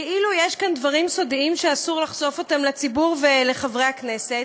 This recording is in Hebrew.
כאילו יש כאן דברים סודיים שאסור לחשוף אותם לציבור ולחברי הכנסת.